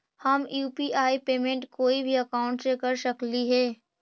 हम UPI payment कोई भी अकाउंट से कर सकली हे?